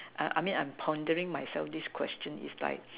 I mean I'm pondering myself this question it's like